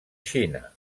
xina